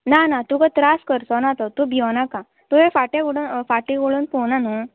ना ना तुका त्रास करचो ना तो तूं भियो नाका तुवें फाटीं वोडोन फाटीं वोडोन पोवना न्हू